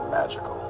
magical